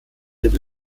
den